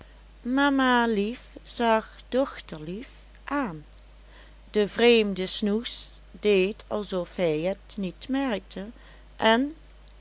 mamalief zag dochterlief aan de vreemde snoes deed alsof hij het niet merkte en